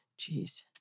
Jeez